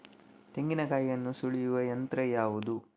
ತೆಂಗಿನಕಾಯಿಯನ್ನು ಸುಲಿಯುವ ಯಂತ್ರ ಯಾವುದು?